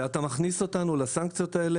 ואתה מכניס אותנו לסנקציות האלה